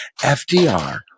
FDR